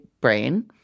brain